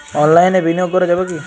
অনলাইনে বিনিয়োগ করা যাবে কি?